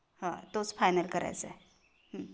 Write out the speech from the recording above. ह तोच फायनल करायचा आहे